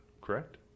correct